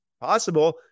Possible